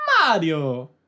Mario